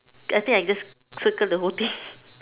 I think I just circle the whole thing